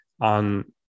on